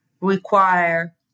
require